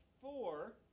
four